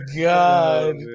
God